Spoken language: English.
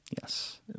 Yes